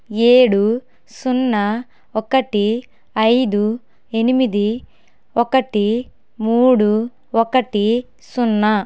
ఏడు సున్నా ఒకటి ఐదు ఎనిమిది ఒకటి మూడు ఒకటి సున్నా